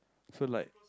so like